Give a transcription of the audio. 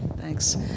Thanks